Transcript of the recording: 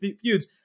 feuds